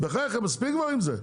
בחייך, מספיק עם זה.